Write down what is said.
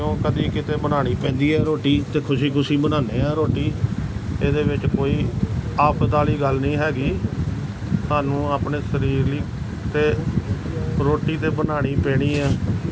ਕਿਉਂ ਕਦੇ ਕਿਤੇ ਬਣਾਉਣੀ ਪੈਂਦੀ ਹੈ ਰੋਟੀ ਅਤੇ ਖੁਸ਼ੀ ਖੁਸ਼ੀ ਬਣਾਉਂਦੇ ਹਾਂ ਰੋਟੀ ਇਹਦੇ ਵਿੱਚ ਕੋਈ ਆਫ਼ਤ ਵਾਲੀ ਗੱਲ ਨਹੀਂ ਹੈਗੀ ਸਾਨੂੰ ਆਪਣੇ ਸਰੀਰ ਲਈ ਅਤੇ ਰੋਟੀ ਤਾਂ ਬਣਾਉਣੀ ਹੀ ਪੈਣੀ ਆ